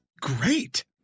great